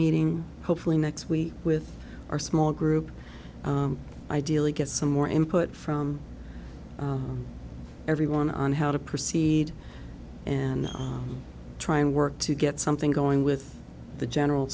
meeting hopefully next week with our small group ideally get some more input from everyone on how to proceed and try and work to get something going with the general